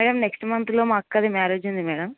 madam next మంత్లో మా అక్కది మ్యారేజ్ ఉంది మేడమ్